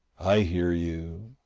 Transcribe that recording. i hear you,